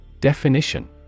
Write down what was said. Definition